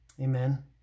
amen